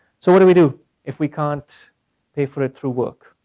so what do we do if we can't pay for it through work?